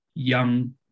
Young